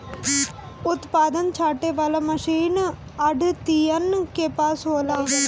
उत्पादन छाँटे वाला मशीन आढ़तियन के पास होला